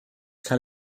cael